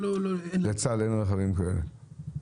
לצה"ל אין רכבים כאלה?